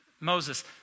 Moses